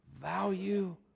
value